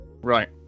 Right